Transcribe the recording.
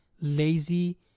lazy